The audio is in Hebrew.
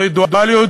זוהי דואליות